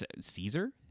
caesar